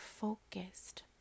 focused